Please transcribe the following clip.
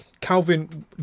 Calvin